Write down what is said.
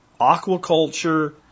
aquaculture